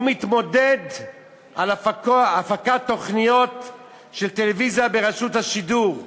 הוא מתמודד על הפקת תוכניות טלוויזיה ברשות השידור,